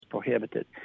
prohibited